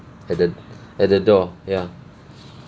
at the at the door ya